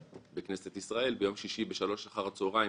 בכנסת ישראל, ביום שישי ב-15:00 אחר הצוהריים